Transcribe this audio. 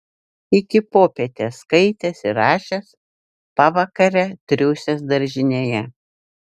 iki popietės skaitęs ir rašęs pavakare triūsęs daržinėje